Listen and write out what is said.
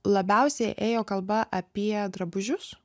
labiausiai ėjo kalba apie drabužius